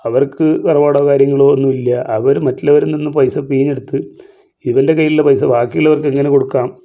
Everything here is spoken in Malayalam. അവർക്ക് കാര്യങ്ങളോ ഒന്നുമില്ല അവർ മറ്റുള്ളവരിൽ നിന്ന് പൈസ പിഴിഞ്ഞെടുത്ത് ഇവൻ്റെ കൈയിലുള്ള പൈസ ബാക്കിയുള്ളവർക്ക് എങ്ങനെ കൊടുക്കാം